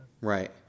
right